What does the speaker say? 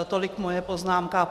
Tolik moje poznámka.